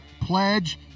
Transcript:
pledge